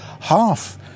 half